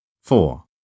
Four